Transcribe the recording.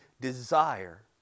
desire